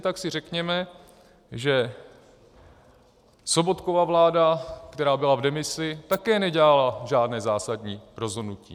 A stejně tak si řekněme, že Sobotkova vláda, která byla v demisi, také nedělala žádné zásadní rozhodnutí.